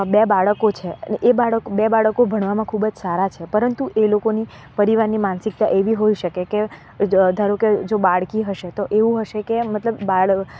બે બાળકો છે એ બાળક બે બાળકો ભણવામાં ખૂબ જ સારા છે પરંતુ એ લોકોની પરિવારની માનસિકતા એવી હોઈ શકે કે ધારો કે જો બાળકી હશે તો એવું હશે કે મતલબ બાળ